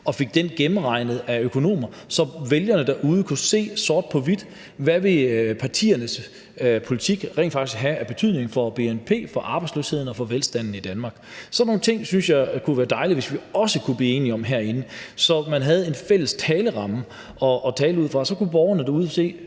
og fik den gennemregnet af økonomer, så vælgerne derude kunne se sort på hvidt, hvad partiernes politik rent faktisk vil have af betydning for bnp, for arbejdsløsheden og for velstanden i Danmark. Sådan nogle ting synes jeg også det kunne være dejligt hvis vi kunne blive enige om herinde, så man havde en fælles ramme at tale ud fra, og så borgerne derude